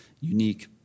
unique